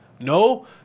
No